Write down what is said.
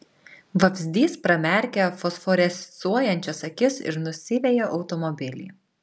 vabzdys pramerkia fosforescuojančias akis ir nusiveja automobilį